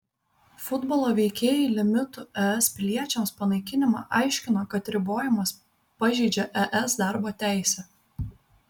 futbolo veikėjai limitų es piliečiams panaikinimą aiškino kad ribojimas pažeidžią es darbo teisę